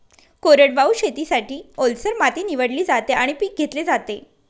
कोरडवाहू शेतीसाठी, ओलसर माती निवडली जाते आणि पीक घेतले जाते